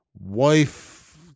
wife